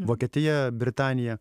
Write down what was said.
vokietija britanija